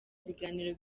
ibiganiro